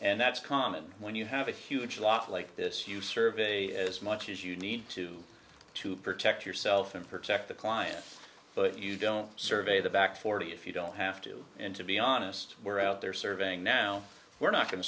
and that's common when you have a huge lot like this you survey as much as you need to to protect yourself and protect the client but you don't survey the back forty if you don't have to and to be honest we're out there surveying now we're not go